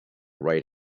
right